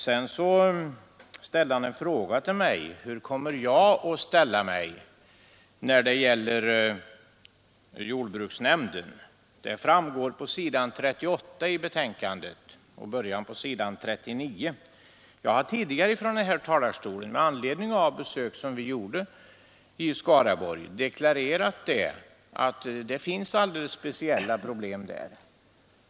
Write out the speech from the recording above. Herr Signell riktade en fråga till mig, nämligen hur jag kommer att ställa mig när det gäller jordbruksnämnden. Det framgår på s. 38 och överst på s. 39 i betänkandet. Jag har tidigare från den här talarstolen med anledning av besök som vi gjorde i Skaraborg deklarerat att det finns alldeles speciella problem där.